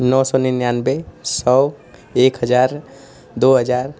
नौ सौ निन्यानबे सौ एक हज़ार दो हज़ार